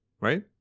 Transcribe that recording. right